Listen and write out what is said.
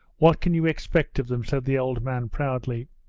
what can you expect of them said the old man proudly.